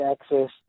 access